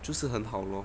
就是很好咯